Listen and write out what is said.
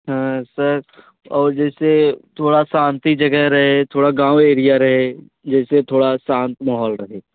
हाँ सर और जैसे थोड़ा शांति जगह रहे थोड़ा गाँव एरिया रहे जैसे थोड़ा शांत माहौल रहे